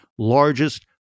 Largest